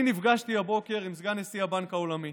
אני נפגשתי הבוקר עם סגן נשיא הבנק העולמי.